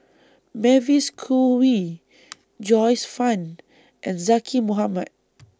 Mavis Khoo Oei Joyce fan and Zaqy Mohamad